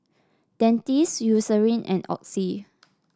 Dentiste Eucerin and Oxy